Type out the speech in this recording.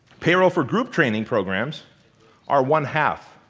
payroll for group training programs are one half